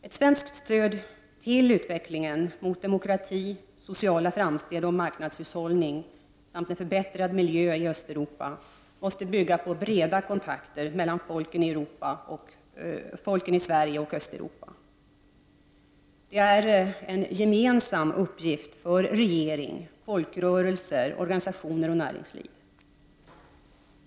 Ett svenskt stöd till utvecklingen mot demokrati, sociala framsteg, marknadshushållning samt en förbättrad miljö i Östeuropa måste bygga på breda kontakter mellan folken i Sverige och Östeuropa. Det är en gemensam uppgift för regering, folkrörelser, organisationer och näringsliv.